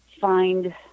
find